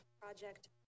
project